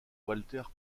walter